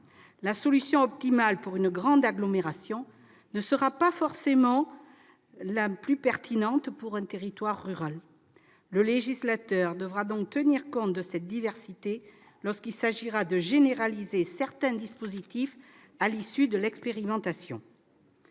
La solution optimale pour une grande agglomération ne sera pas forcément la plus pertinente pour un territoire rural. Le législateur devra donc tenir compte de cette diversité avant de généraliser certains dispositifs à l'issue de l'expérimentation.